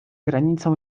granicą